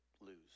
lose